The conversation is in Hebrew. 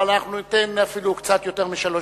אבל אנחנו ניתן אפילו קצת יותר משלוש